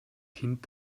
kind